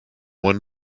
one